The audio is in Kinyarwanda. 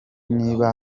niba